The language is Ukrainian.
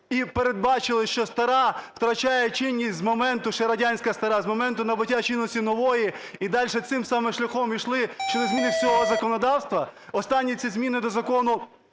і передбачили, що стара втрачає чинність з моменту, ще радянська стара, з моменту набуття чинності нової і дальше цим самим шляхом йшли через зміни всього законодавства. Останні ці зміни до Закону